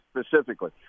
Specifically